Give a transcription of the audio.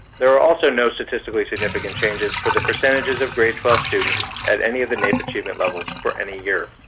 there are also no statistically significant changes for the percentages of grade twelve students at any of the naep achievement levels for any year.